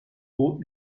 bot